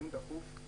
דיון דחוף.